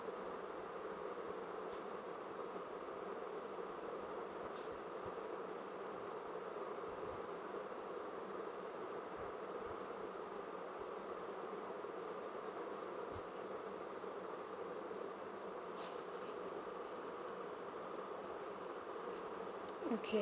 okay